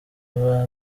aba